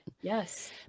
yes